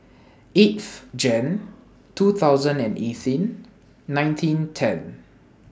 eighth Jan two thousand and eighteen nineteen ten